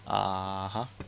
(uh huh)